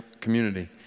community